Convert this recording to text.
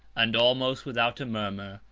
and almost without a murmur,